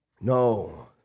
No